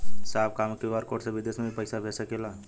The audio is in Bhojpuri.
साहब का हम क्यू.आर कोड से बिदेश में भी पैसा भेज सकेला?